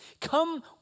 come